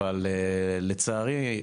אבל לצערי,